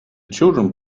children